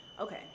Okay